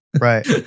Right